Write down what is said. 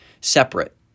separate